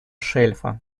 шельфа